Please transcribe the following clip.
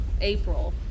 April